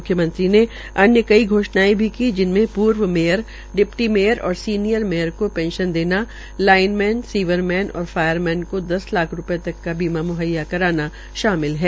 मुख्यमंत्री ने अन्य कई घोषणायें भी की जिनमें पूर्व मेयर डिप्टी मेयर और सीनियर मेयर को पेंशन देना लाइनमैन सीबरमैन और फायरमैन को दस लाख रूपये तक का बीमा मुहैया कराना शामिल है